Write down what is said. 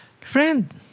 Friend